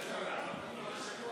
אם כך,